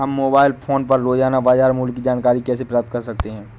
हम mobile phone पर रोजाना बाजार मूल्य की जानकारी कैसे प्राप्त कर सकते हैं?